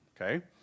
Okay